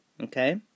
Okay